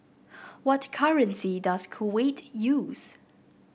what currency does Kuwait use